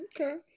Okay